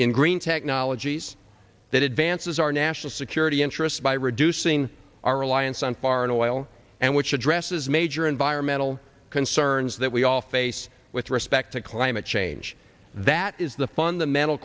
in green technologies that advances our national security interests by reducing our reliance on foreign oil and which addresses major environmental concerns that we all face with respect to climate change that is the fundamental